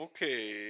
Okay